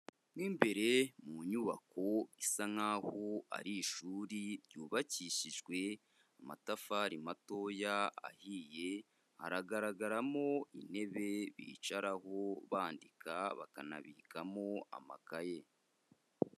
Mo imbere mu nyubako isa nkaho ari ishuri ryubakishijwe amatafari matoya ahiye, haragaragaramo intebe bicaraho bandika bakanabikamo amakaye.